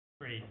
Great